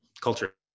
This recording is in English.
culture